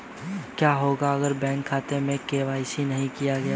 क्या होगा अगर बैंक खाते में के.वाई.सी नहीं किया गया है?